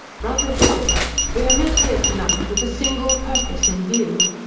brother diggers! we are met here to-night with a single purpose in view.